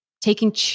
taking